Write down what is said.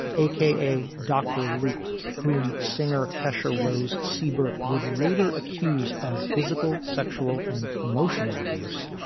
a k a. dr. luke, whom singer kesha rose siebert would later accuse of physical, sexual and emotional abuse,